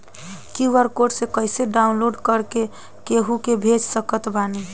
QR code कइसे download कर के केहु के भेज सकत बानी?